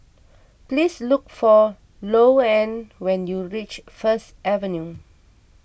please look for Louann when you reach First Avenue